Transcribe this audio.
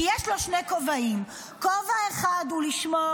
כי יש לו שני כובעים: כובע אחד הוא לשמור